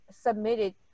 submitted